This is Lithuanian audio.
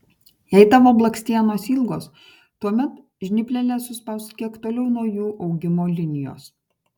jei tavo blakstienos ilgos tuomet žnypleles suspausk kiek toliau nuo jų augimo linijos